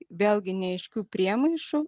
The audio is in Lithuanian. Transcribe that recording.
vėlgi neaiškių priemaišų